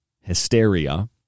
hysteria